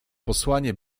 posłanie